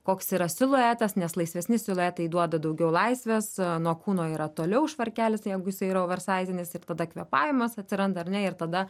koks yra siluetas nes laisvesni siluetai duoda daugiau laisvės nuo kūno yra toliau švarkelis jeigu jisai yra oversaizinis ir tada kvėpavimas atsiranda ar ne ir tada